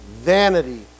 Vanity